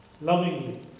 Lovingly